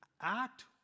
act